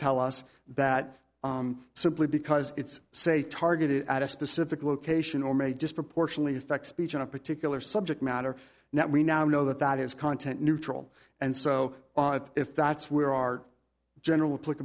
tell us that simply because it's say targeted at a specific location or may disproportionately affect speech on a particular subject matter that we now know that that is content neutral and so if that's where our general